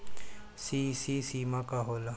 CC सीमा का होला?